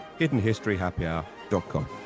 hiddenhistoryhappyhour.com